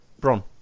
Bron